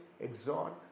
exhort